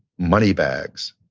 money bags,